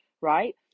right